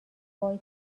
وای